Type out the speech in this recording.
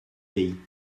pays